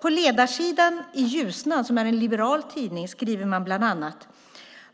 På ledarsidan i Ljusnan, en liberal tidning, skriver man bland annat: